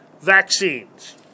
vaccines